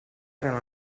erano